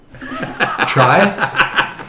Try